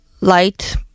light